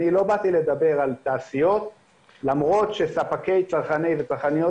לא באתי לדבר על תעשיות למרות שספקי צרכני וצרכניות